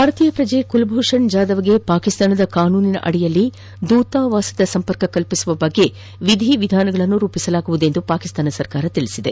ಭಾರತೀಯ ಪ್ರಜೆ ಕುಲಭೂಷಣ್ ಜಾಧವ್ಗೆ ಪಾಕಿಸ್ತಾನದ ಕಾನೂನಿನಡಿಯಲ್ಲಿ ದೂತವಾಸದ ಸಂಪರ್ಕ ಕಲ್ಪಿಸುವ ಕುರಿತಂತೆ ವಿಧಿ ವಿಧಾನಗಳನ್ನು ರೂಪಿಸಲಾಗುವುದು ಎಂದು ಪಾಕಿಸ್ತಾನ ಹೇಳಿದೆ